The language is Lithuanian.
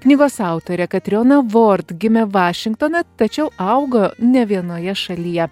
knygos autorė katriona vord gimė vašingtone tačiau augo ne vienoje šalyje